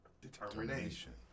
determination